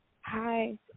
Hi